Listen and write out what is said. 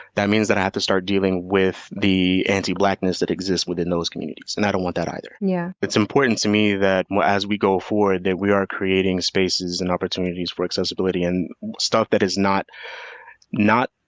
that means i have to start dealing with the anti-blackness that exists within those communities, and i don't want that either. and yeah it's important to me that as we go forward that we are creating spaces and opportunities for accessibility, and stuff that is not not